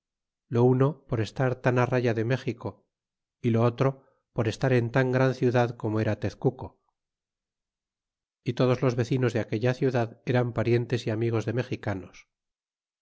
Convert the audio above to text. lo uno por estar tan la raya de méxico y o otro por estar en tan gran ciudad como era tezcuco y todos los vecinos de aquella ciudad eran parientes y amigos de mexicanos